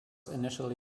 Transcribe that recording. initially